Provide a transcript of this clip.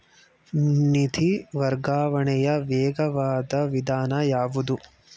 ನಿಧಿ ವರ್ಗಾವಣೆಯ ವೇಗವಾದ ವಿಧಾನ ಯಾವುದು?